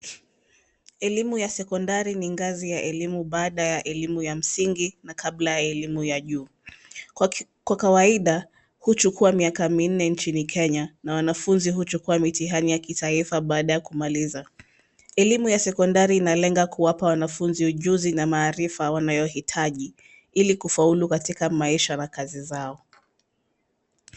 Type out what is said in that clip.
Elimu ya sekondari ni ngazi ya elimu baada ya elimu ya msingi na kabla ya elimu ya juu, kwa kawaida huchukua miaka minne nchini Kenya na wanafunzi huchukua mitihani ya kitaifa baada ya kumaliza ,elimu ya sekondari inalenga kuwapa wanafunzi ujuzi na maarifa wanayohitaji ili kufaulu katika maisha na kazi zao.